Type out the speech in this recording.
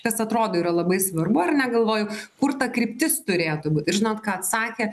kas atrodo yra labai svarbu ar ne galvoju kur ta kryptis turėtų būt ir žinot ką atsakė